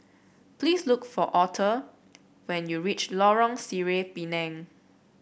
please look for Author when you reach Lorong Sireh Pinang